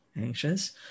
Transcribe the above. anxious